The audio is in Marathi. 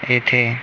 येथे